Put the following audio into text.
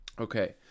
Okay